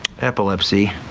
Epilepsy